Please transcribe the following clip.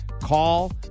Call